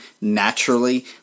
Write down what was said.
naturally